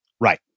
Right